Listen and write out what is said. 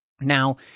Now